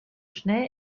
schnell